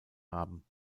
haben